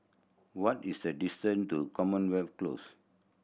what is the distance to Commonwealth Close